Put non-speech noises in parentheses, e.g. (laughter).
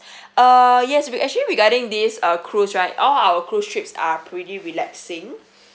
(breath) uh yes we actually regarding this uh cruise right all of our cruise trip are pretty relaxing (breath)